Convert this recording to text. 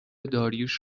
داریوش